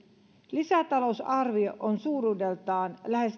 lisätalousarvio on suuruudeltaan lähes